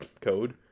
code